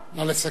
נא לסכם.